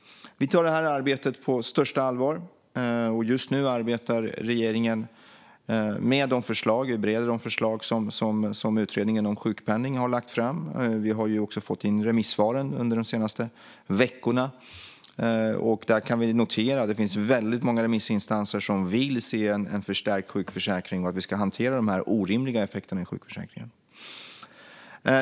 Vi tar det här arbetet på största allvar. Just nu bereder regeringen de förslag som utredningen om sjukpenning lagt fram. Vi har fått in remissvaren under de senaste veckorna och kan notera att det finns väldigt många remissinstanser som vill se en förstärkt sjukförsäkring och vill att vi ska hantera de här orimliga effekterna i sjukförsäkringen.